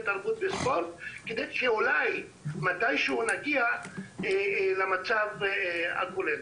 תרבות וספורט כדי שאולי מתישהו נגיע למצב טוב.